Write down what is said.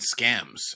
scams